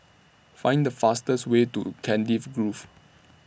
Find The fastest Way to Cardiff Grove